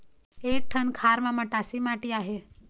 एक ठन खार म मटासी माटी आहे?